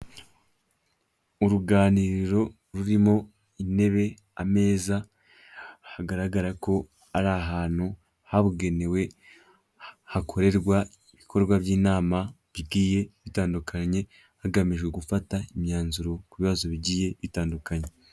Uruganiriro rurimo intebe, ameza hagaragara ko ari ahantu habugenewe hakorerwa ibikorwa by'inama bigiye bitandukanye, hagamijwe gufata imyanzuro ku bibazo bigiye bitandukanye.